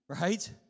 right